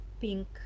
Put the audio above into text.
pink